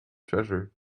treasure